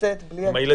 לצאת סתם עם הילדים.